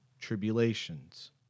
tribulations